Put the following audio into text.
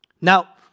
Now